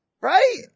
Right